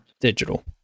digital